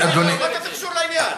מה זה קשור לעניין?